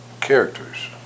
characters